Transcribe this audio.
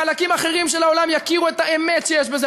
חלקים אחרים של העולם יכירו את האמת שיש בזה.